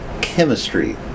Chemistry